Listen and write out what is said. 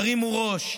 הרימו ראש.